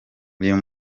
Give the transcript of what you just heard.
uyu